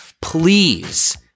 please